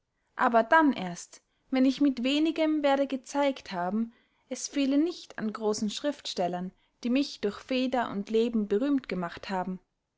aber dann erst wenn ich mit wenigem werde gezeigt haben es fehle nicht an grossen schriftstellern die mich durch feder und leben berühmt gemacht haben